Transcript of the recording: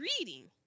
reading